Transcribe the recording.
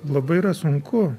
labai yra sunku